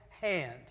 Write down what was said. hand